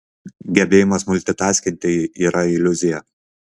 gebėjimas multitaskinti yra iliuzija